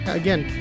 again